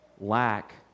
lack